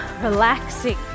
relaxing